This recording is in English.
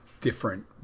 different